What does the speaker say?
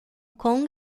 kong